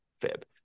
Fib